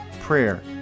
prayer